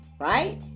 right